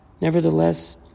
Nevertheless